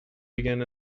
begin